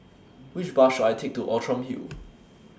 Which Bus should I Take to Outram Hill